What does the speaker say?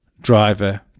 driver